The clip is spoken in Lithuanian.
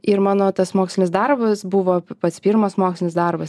ir mano tas mokslinis darbas buvo pats pirmas mokslinis darbas